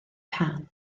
cân